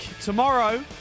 tomorrow